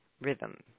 rhythm